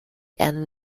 and